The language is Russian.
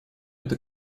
эта